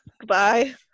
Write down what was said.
goodbye